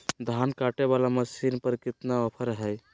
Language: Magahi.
धान कटे बाला मसीन पर कितना ऑफर हाय?